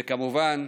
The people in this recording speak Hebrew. וכמובן,